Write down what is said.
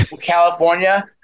California